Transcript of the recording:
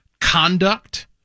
conduct